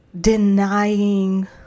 denying